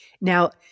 Now